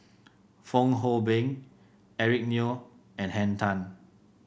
Fong Hoe Beng Eric Neo and Henn Tan